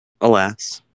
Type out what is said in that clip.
Alas